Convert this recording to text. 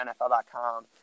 NFL.com